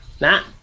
Nah